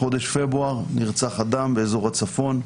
בחודש פברואר נרצח אדם באזור הצפון,